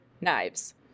knives